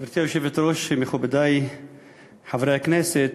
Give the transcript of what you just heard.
גברתי היושבת-ראש, מכובדי חברי הכנסת,